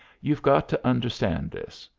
you've got to understand this.